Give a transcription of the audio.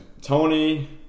Tony